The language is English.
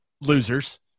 losers